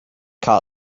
cut